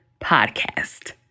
Podcast